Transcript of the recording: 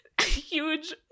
huge